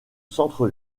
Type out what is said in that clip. centre